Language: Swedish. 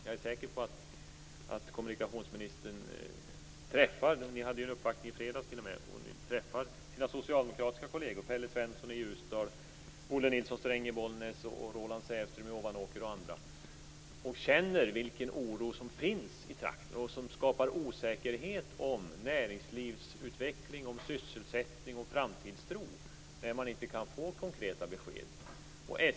Jag är säker på att kommunikationsministern träffar sina socialdemokratiska kolleger, Pelle Svensson i Säfström i Ovanåker och andra - ni hade ju t.o.m. en uppvaktning i fredags om detta - och känner vilken oro som finns i trakten. Det skapar osäkerhet om näringslivsutveckling, sysselsättning och framtidstro när man inte kan få konkreta besked.